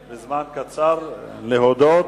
אין נמנעים.